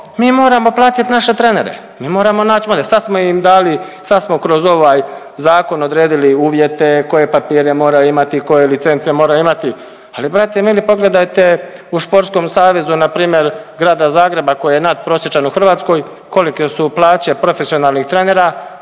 mi moramo platiti naše trenere, mi moramo naći .../nerazumljivo/... sad smo im dali, sad smo kroz ovaj Zakon odredili uvjete, koje papire moraju imati, koje licence moraju imati, ali brate mili, pogledajte u športskom savezu, npr. Grada Zagreba koji je nadprosječan u Hrvatskoj kolike su plaće profesionalnih trenera,